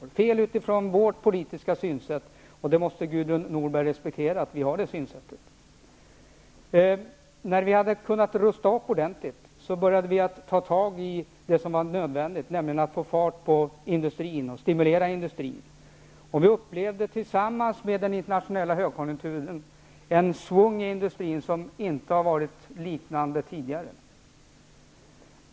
Det gäller det som var fel utifrån vårt politiska synsätt. Gudrun Norberg måste respektera att vi har det synsättet. När vi hade rustat upp ordentligt började vi ta tag i det som var nödvändigt, nämligen att få fart på och stimulera industrin. Vi upplevde, samtidigt som den internationella högkonjunkturen, ett schvung i industrin, vars like inte har funnits tidigare.